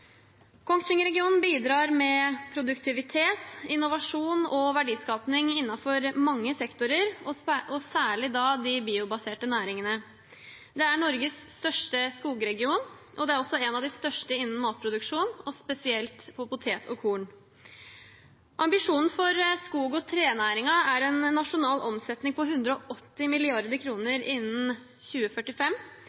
bidrar med produktivitet, innovasjon og verdiskaping innenfor mange sektorer, og særlig de biobaserte næringene. Det er Norges største skogregion, og den er også en av de største innen matproduksjon, spesielt av potet og korn. Ambisjonen for skog- og trenæringen er en nasjonal omsetning på 180